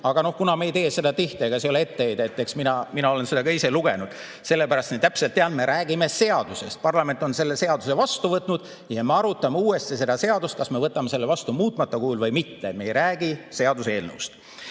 tahtsin täpsustada]. Ega see ei ole etteheide. Eks mina olen seda ka ise lugenud, sellepärast nii täpselt tean: me räägime seadusest. Parlament on selle seaduse vastu võtnud ja me arutame uuesti seda seadust, kas me võtame selle vastu muutmata kujul või mitte. Me ei räägi seaduseelnõust.